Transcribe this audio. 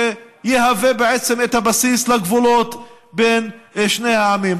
שיהווה את הבסיס לגבולות בין שני העמים.